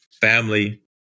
family